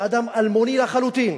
שאדם אלמוני לחלוטין